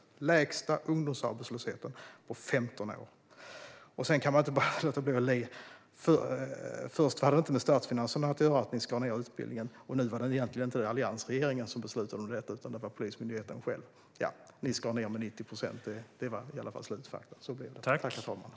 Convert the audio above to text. Vi har den lägsta ungdomsarbetslösheten på 15 år. Man kan inte låta bli att le. Först hade det inte med statsfinanserna att göra att ni skar ned på utbildningen, och nu var det egentligen inte alliansregeringen som beslutade om detta utan Polismyndigheten själv. Ni skar ned med 90 procent; det var i alla fall slutresultatet. Så blev det.